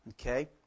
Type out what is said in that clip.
Okay